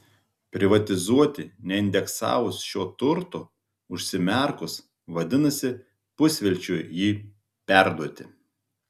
privatizuoti neindeksavus šio turto užsimerkus vadinasi pusvelčiui jį perduoti